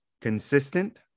consistent